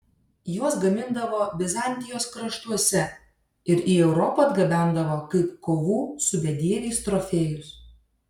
juos gamindavo bizantijos kraštuose ir į europą atgabendavo kaip kovų su bedieviais trofėjus